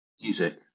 Music